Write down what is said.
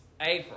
April